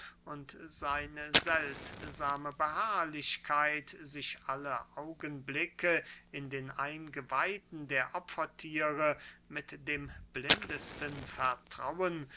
seine seltsame beharrlichkeit sich alle augenblicke in den eingeweiden der opferthiere mit dem blindesten vertrauen